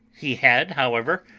he had, however